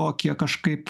o kiek kažkaip